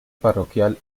parroquial